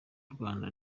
rwanda